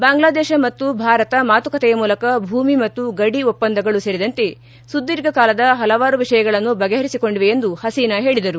ಬಾಂಗ್ಲಾ ದೇಶ ಮತ್ತು ಭಾರತ ಮಾತುಕತೆಯ ಮೂಲಕ ಭೂಮಿ ಮತ್ತು ಗಡಿ ಒಪ್ಪಂದಗಳು ಸೇರಿದಂತೆ ಸುದೀರ್ಘಕಾಲದ ಹಲವಾರು ವಿಷಯಗಳನ್ನು ಬಗೆಹರಿಸಿಕೊಂಡಿವೆ ಎಂದು ಹಸೀನಾ ಹೇಳಿದರು